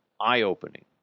eye-opening